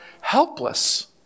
helpless